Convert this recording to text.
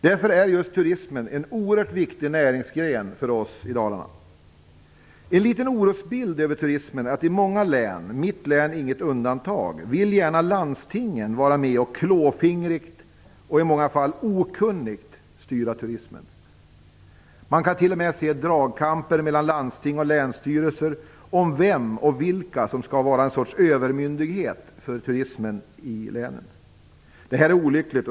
Därför är turismen en oerhört viktig näringsgren för oss i Dalarna. Ett orosmoln över turismen är att landstingen i många län - mitt län inget undantag - vill vara med och klåfingrigt, och i många fall okunnigt, styra turismen. Man kan t.o.m. se dragkamper mellan landsting och länsstyrelser om vem som skall utgöra något slags övermyndighet för turismen. Det här är olyckligt.